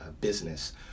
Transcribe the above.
business